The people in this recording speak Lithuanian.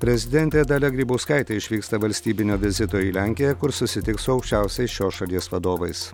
prezidentė dalia grybauskaitė išvyksta valstybinio vizito į lenkiją kur susitiks su aukščiausiais šios šalies vadovais